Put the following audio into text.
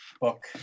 book